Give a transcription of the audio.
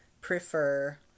prefer